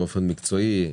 באופן מקצועי.